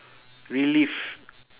relive